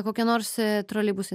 kokie nors troleibusai